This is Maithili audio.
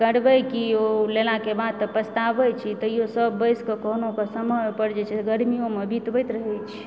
करबै की ओ लेलाके बाद तऽ पछताबै छी तैयो सब बैस कऽ कोनो समय पर जे छै गर्मियोमे बितबैत रहैत छी